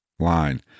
line